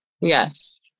Yes